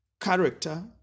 character